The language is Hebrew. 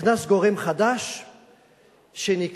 נכנס גורם חדש שנקרא,